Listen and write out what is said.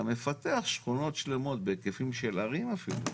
מפתח שכונות שלמות בהיקפים של ערים אפילו.